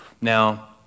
Now